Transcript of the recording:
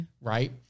Right